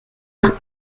une